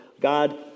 God